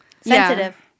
Sensitive